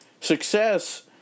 Success